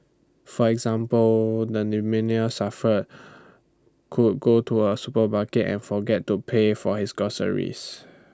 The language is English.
for example the suffer could go to A supermarket and forget to pay for his groceries